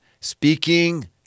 Speaking